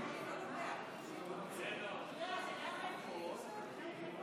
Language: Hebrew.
יש סיכומים, הוא יורד מלמעלה למטה, תהיו סבלניים,